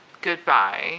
goodbye